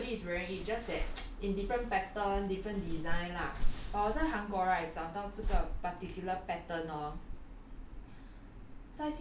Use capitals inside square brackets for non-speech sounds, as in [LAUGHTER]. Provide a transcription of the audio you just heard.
and a very common series so everybody is wearing it just that [NOISE] in different pattern different design lah so 我在韩国 right 找到这个 particular pattern hor